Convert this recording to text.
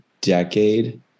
decade